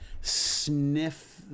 sniff